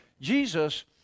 Jesus